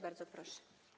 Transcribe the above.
Bardzo proszę.